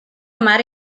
mare